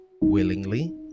willingly